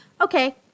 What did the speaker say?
okay